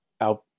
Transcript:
out